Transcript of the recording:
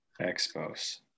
Expos